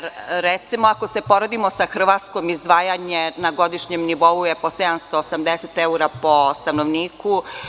Recimo, ako se poredimo sa Hrvatskom izdvajanje na godišnjem nivou je po 780 evra po stanovniku.